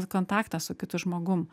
kontaktą su kitu žmogum